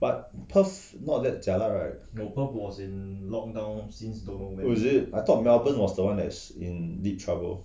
but cause not that jialat right oh is it I thought melbourne was the one that's in deep trouble